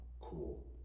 Cool